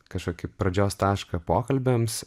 kažkokį pradžios tašką pokalbiams